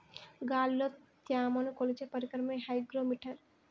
గాలిలో త్యమను కొలిచే పరికరమే హైగ్రో మిటర్